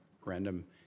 referendum